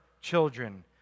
children